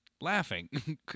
laughing